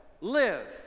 live